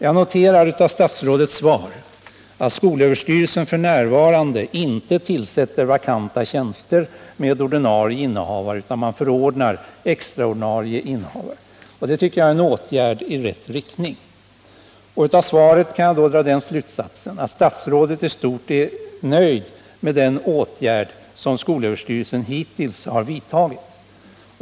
Jag noterar av statsrådets svar att skolöverstyrelsen f.n. inte tillsätter vakanta tjänster med ordinarie innehavare, utan man förordnar extra ordinarie innehavare. Det tycker jag är en åtgärd i rätt riktning. Av svaret kan jag då dra den slutsatsen att statsrådet i stort är nöjd med den åtgärd som skolöverstyrelsen hittills har vidtagit.